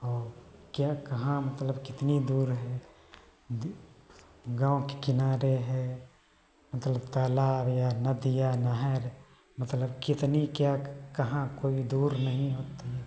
और क्या कहाँ मतलब कितनी दूर है गाँव के किनारे है मतलब तालाब या नदी या नहर मतलब कितनी क्या कहाँ कोई दूर नहीं हो तो